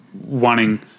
wanting